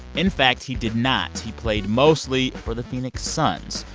in fact, he did not. he played mostly for the phoenix suns.